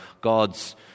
God's